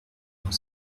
dans